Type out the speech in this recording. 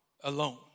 alone